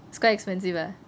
it's quite expensive ah